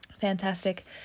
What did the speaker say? Fantastic